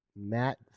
matt